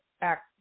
act